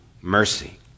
mercy